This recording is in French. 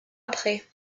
après